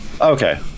Okay